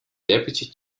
deputy